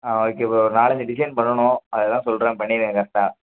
ஆ okay bro நாலஞ்சு design பண்ணணும் அதெல்லாம் சொல்கிறேன் பண்ணிவிடுங்க கரெக்டா